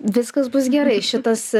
viskas bus gerai šitas